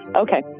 Okay